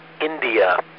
India